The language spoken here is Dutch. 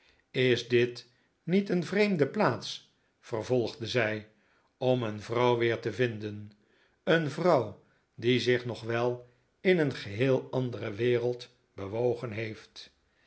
is dit niet een vreemde plaats vervolgde zij om een vrouw weer te vinden een vrouw die zich nog wel in een geheel andere wereld bewogen heeft